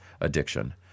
addiction